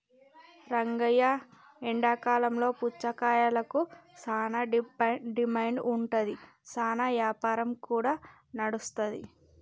రంగయ్య ఎండాకాలంలో పుచ్చకాయలకు సానా డిమాండ్ ఉంటాది, సానా యాపారం కూడా నడుస్తాది